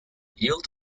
yield